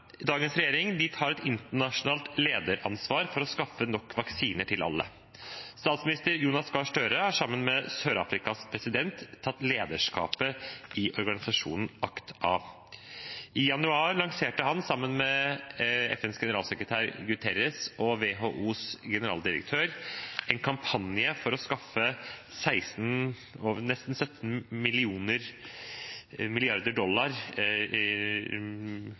Dagens regjering tar et internasjonalt lederansvar for å skaffe nok vaksiner til alle. Statsminister Jonas Gahr Støre har sammen med Sør-Afrikas president tatt lederskapet i organisasjonen ACT-A. I januar lanserte han, sammen med FNs generalsekretær Guterres og WHOs generaldirektør, en kampanje for å skaffe nesten 17 mrd. dollar